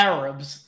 Arabs